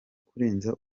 kurenza